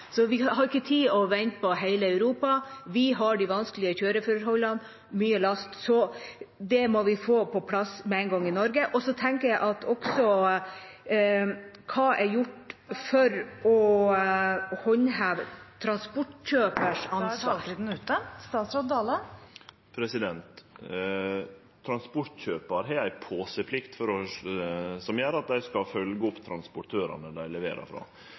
Vi har ikke tid til å vente på hele Europa. Vi har de vanskelige kjøreforholdene og mye last, så det må vi få på plass i Norge med en gang. Og jeg tenker: Hva er gjort for å håndheve transportkjøpers ansvar? Transportkjøparane har ei sjå til-plikt som gjer at dei skal følgje opp transportørane dei leverer